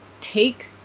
Take